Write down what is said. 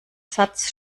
satz